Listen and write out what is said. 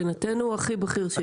מבחינתנו הוא הכי בכיר שיש.